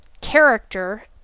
character